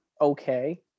okay